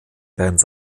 bands